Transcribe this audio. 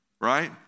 right